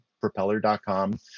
Propeller.com